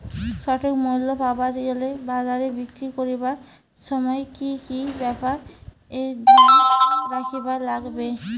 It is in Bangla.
সঠিক মূল্য পাবার গেলে বাজারে বিক্রি করিবার সময় কি কি ব্যাপার এ ধ্যান রাখিবার লাগবে?